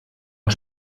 und